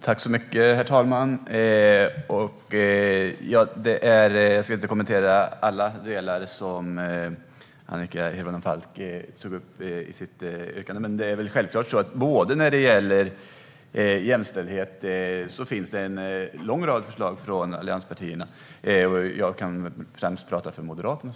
Herr talman! Jag ska inte kommentera alla delar som Annika Hirvonen Falk tog upp i sitt anförande, men när det gäller jämställdhet finns det en lång rad förslag från allianspartierna - jag kan såklart främst prata för Moderaterna.